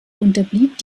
unterblieb